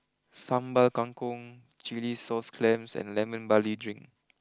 Sambal Kangkong Chilli Sauce Clams and Lemon Barley drink